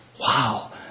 Wow